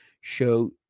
show